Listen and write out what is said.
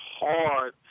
hard